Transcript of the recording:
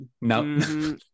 No